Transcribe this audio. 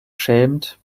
schämt